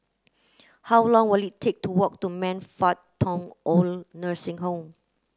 how long will it take to walk to Man Fut Tong OId Nursing Home